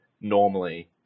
normally